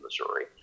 missouri